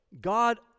God